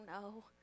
no